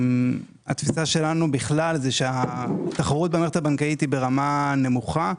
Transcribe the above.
התפיסה שלנו בכלל זה שהתחרות במערכת הבנקאית היא ברמה נמוכה,